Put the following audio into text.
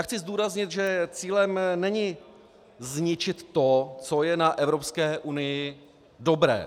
Chci zdůraznit, že cílem není zničit to, co je na Evropské unii dobré.